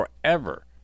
forever